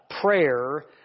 prayer